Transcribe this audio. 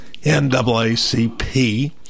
NAACP